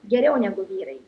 geriau negu vyrai